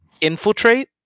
infiltrate